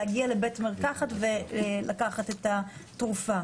להגיע לבית מרקחת ולקחת את התרופה.